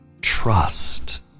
trust